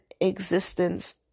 existence